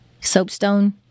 soapstone